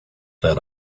that